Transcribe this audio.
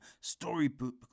storybook